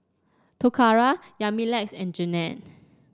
Toccara Yamilex and Jennette